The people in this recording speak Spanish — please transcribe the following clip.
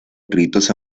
gritos